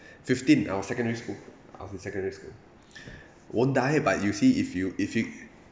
fifteen I was secondary school I was in secondary school won't die but you see if you if you